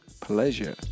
pleasure